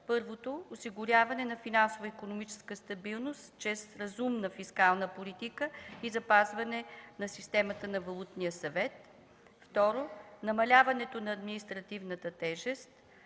Първо, осигуряване на финансова икономическа стабилност чрез разумна фискална политика и запазване на системата на Валутния съвет. Второ, намаляването на административната тежест,